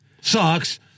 Sucks